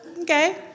okay